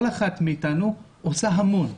כל אחת מאתנו עושה המון.